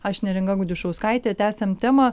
aš neringa gudišauskaitė tęsiam temą